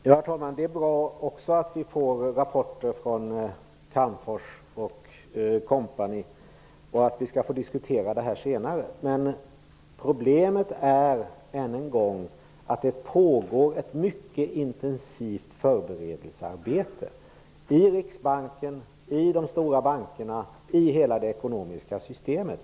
Herr talman! Det är också bra att vi får rapporter från Calmfors och kompani, och att vi skall få diskutera detta senare. Men problemet är, än en gång, att det pågår ett mycket intensivt förberedelsearbete i Riksbanken, i de stora bankerna och i hela det ekonomiska systemet.